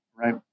right